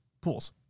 pools